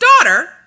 daughter